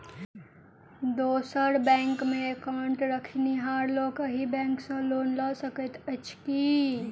दोसर बैंकमे एकाउन्ट रखनिहार लोक अहि बैंक सँ लोन लऽ सकैत अछि की?